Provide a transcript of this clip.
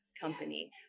company